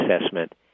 assessment